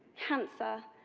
cancer,